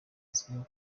uzwiho